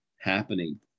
happening